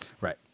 Right